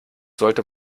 sollte